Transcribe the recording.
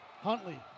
Huntley